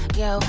yo